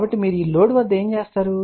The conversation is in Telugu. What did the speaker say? కాబట్టి మీరు లోడ్ వద్ద ఏమి చేస్తారు